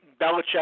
Belichick